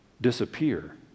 disappear